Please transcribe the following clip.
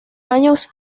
años